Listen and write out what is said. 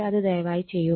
അത് ദയവായി ചെയ്യുക